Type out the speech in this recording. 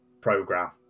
program